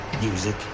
music